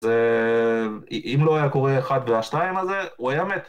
אם לא היה קורה אחד מהשתיים הזה - הוא היה מת.